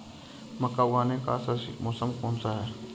मक्का उगाने का सही मौसम कौनसा है?